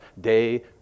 day